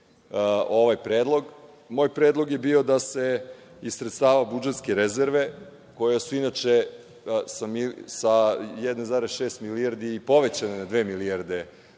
Moj predlog je bio da se iz sredstava budžetske rezerve, koje su inače sa 1,6 milijardi povećane na dve milijarde